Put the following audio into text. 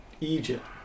Egypt